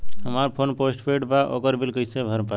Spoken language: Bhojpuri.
हमार फोन पोस्ट पेंड़ बा ओकर बिल कईसे भर पाएम?